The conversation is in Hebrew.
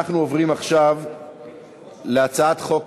אנחנו עוברים עכשיו להצעת חוק,